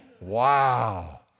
wow